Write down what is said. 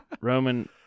Roman